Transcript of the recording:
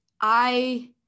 I-